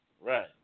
right